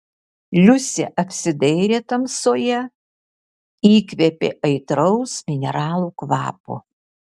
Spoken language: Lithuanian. liusė apsidairė tamsoje įkvėpė aitraus mineralų kvapo